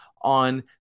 on